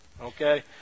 okay